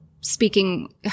speaking